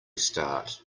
start